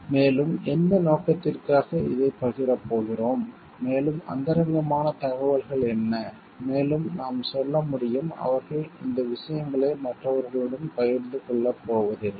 மேலும் எந்த நோக்கத்திற்காக இதைப் பகிரப் போகிறோம் மேலும் அந்தரங்கமான தகவல்கள் என்ன மேலும் நாம் சொல்ல முடியும் அவர்கள் இந்த விஷயங்களை மற்றவர்களுடன் பகிர்ந்து கொள்ளப் போவதில்லை